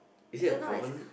I don't know what is